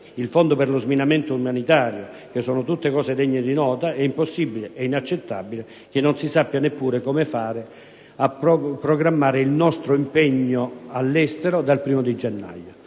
il fondo per lo sminamento umanitario, che sono tutte cose degne di nota, è impensabile ed inaccettabile che non si sappia neppure come fare a programmare il nostro impegno all'estero dal 1° gennaio: